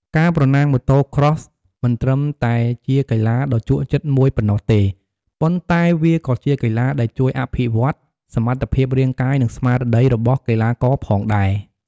ការប្រណាំង Motocross មិនត្រឹមតែជាកីឡាដ៏ជក់ចិត្តមួយប៉ុណ្ណោះទេ ប៉ុន្តែវាក៏ជាកីឡាដែលជួយអភិវឌ្ឍសមត្ថភាពរាងកាយ និងស្មារតីរបស់កីឡាករផងដែរ។